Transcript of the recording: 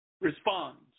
responds